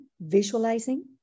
visualizing